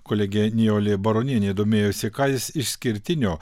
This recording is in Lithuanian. kolegė nijolė baronienė domėjosi ką jis išskirtinio